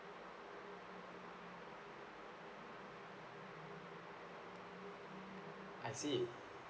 I see